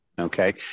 Okay